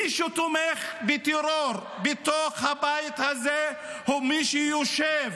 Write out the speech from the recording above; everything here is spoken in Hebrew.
מי שתומך בטרור בתוך הבית הזה הוא מי שיושב